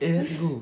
eh let's go